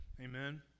Amen